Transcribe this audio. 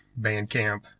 Bandcamp